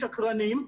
לשקרנים,